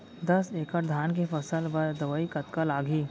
दस एकड़ धान के फसल बर दवई कतका लागही?